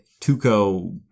Tuco